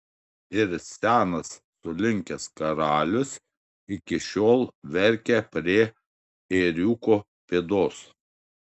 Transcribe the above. ir senas sulinkęs karalius iki šiol verkia prie ėriuko pėdos